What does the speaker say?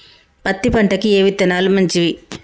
పత్తి పంటకి ఏ విత్తనాలు మంచివి?